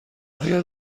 اگر